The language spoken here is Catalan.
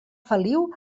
feliu